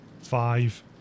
Five